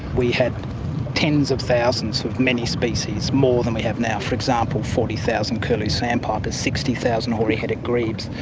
we had tens of thousands of many species, more than we have now. for example, forty thousand curlew sandpipers, sixty thousand hoary headed grebes,